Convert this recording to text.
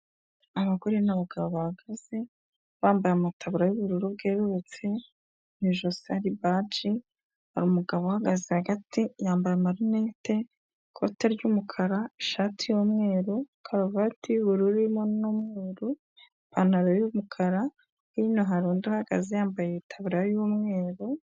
Abagore n'abagabo bahagaze, bambaye amataburiya y'ubururu bwerurutse, mu ijosi hari baji, hari umugabo uhagaze hagati yambara amarinete, ikoti ry'umukara, ishati y'umweru, karuvati y'ubururu irimo n'umweru, ipantaro y'umukara, hino hari undi uhagaze, yambaye itaburiya y'umweru.